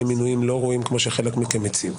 מינויים לא ראויים כמו שחלק מכם הציע.